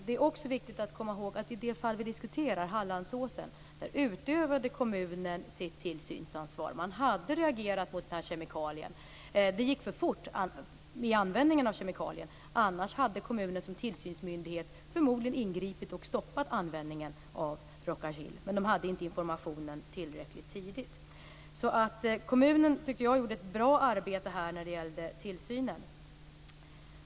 Det är också viktigt att komma ihåg att i det fall vi diskuterar, Hallandsåsen, utövade kommunen sitt tillsynsansvar. Man hade reagerat mot den här kemikalien. Användningen av kemikalien gick för fort, annars hade kommunen som tillsynsmyndighet förmodligen ingripit och stoppat användningen av Rhoca-Gil. Man hade emellertid inte informationen tillräckligt tidigt. Jag tycker alltså att kommunen i det här fallet gjorde ett bra arbete när det gäller tillsynen.